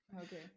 Okay